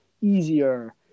easier